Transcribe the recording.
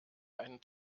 einen